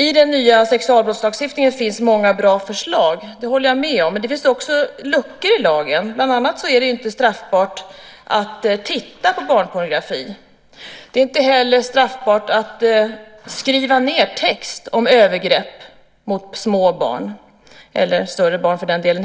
I den nya sexualbrottslagstiftningen finns många bra förslag - det håller jag med om. Men det finns också luckor i lagen. Bland annat är det inte straffbart att titta på barnpornografi. Det är inte heller straffbart att skriva ned text om övergrepp mot små barn, eller större barn för den delen.